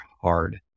hard